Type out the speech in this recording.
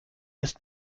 ist